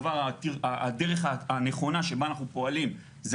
הדרך הנכונה שבה אנחנו פועלים זה